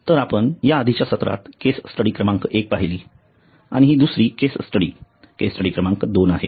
तर आपण या आधीच्या सत्रात केस स्टडी क्रमांक 1 पाहिली आणि हि दुसरी केस स्टडी केस स्टडी क्रमांक 2 आहे